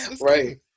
Right